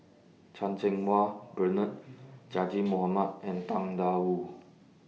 Chan Cheng Wah Bernard Zaqy Mohamad and Tang DA Wu